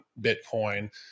Bitcoin